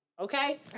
Okay